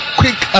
quick